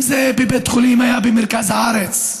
אם זה היה בית החולים במרכז הארץ,